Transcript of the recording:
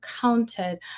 counted